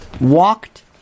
walked